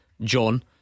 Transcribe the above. John